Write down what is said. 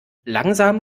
langsam